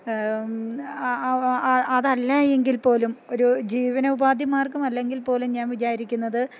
അതല്ലായെങ്കിൽ പോലും ഒരു ജീവനോപാധിമാർഗം അല്ലെങ്കിൽ പോലും ഞാൻ വിചാരിക്കുന്നത്